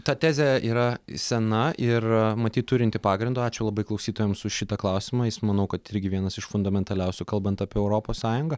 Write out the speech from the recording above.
ta tezė yra sena ir matyt turinti pagrindo ačiū labai klausytojams už šitą klausimą jis manau kad irgi vienas iš fundamentaliausių kalbant apie europos sąjungą